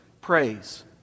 praise